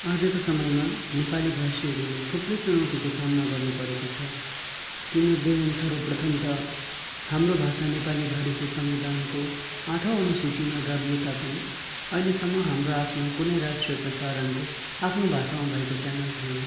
आजको समयमा नेपाली भाषीहरूले थुप्रै चुनौतीको सामना गर्नु परेको छ ती मध्ये हुन् सर्वप्रथम त हाम्रो भाषा नेपाली भारतीय संविधानको आठौँ अनुसूचीमा गाभिए तापनि अहिलेसम्म हाम्रो आफ्नो कुनै राष्ट्रिय प्रसारणको आफ्नो भाषामा भएको च्यानल छैन